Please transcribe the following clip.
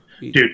Dude